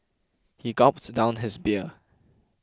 he gulped down his beer